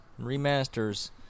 remasters